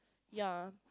ya